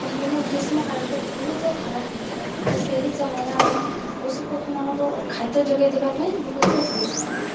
କାହିଁକି ନା ଗ୍ରୀଷ୍ମ କାଳରେ ବହୁତ ଖରା ହେଇଥାଏ ତ ସେହି ସମୟରେ ଆମ ପଶୁପକ୍ଷୀମାନଙ୍କୁ ଖାଦ୍ୟ ଯୋଗେଇଦବା ପାଇଁ ବହୁତ ସମସ୍ୟା ମାନ